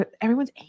Everyone's